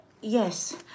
Yes